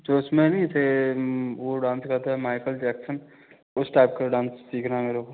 जो उसमें नहीं थे वो डांस करता है माइकल जैक्सन उस टाइप का डांस सीखना है मेरे को